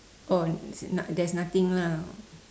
oh there's nothing lah